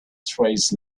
trays